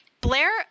Blair